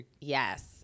Yes